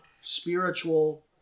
spiritual